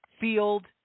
Field